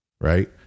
Right